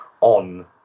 on